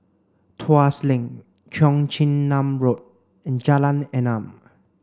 Tuas Link Cheong Chin Nam Road and Jalan Enam